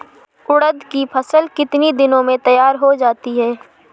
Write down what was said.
उड़द की फसल कितनी दिनों में तैयार हो जाती है?